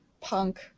punk